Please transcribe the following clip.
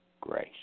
grace